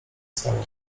stało